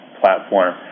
platform